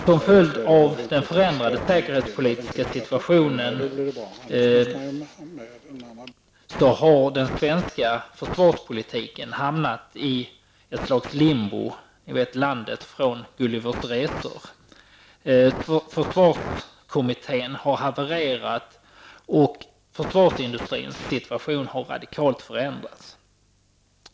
Som en följd av den förändrade säkerhetspolitiska situationen har den svenska försvarspolitiken hamnat i ett slags Limbo, landet från Gullivers resor, ni vet. Försvarskommittén har havererat och försvarsindustrins situation har radikalt förändrats.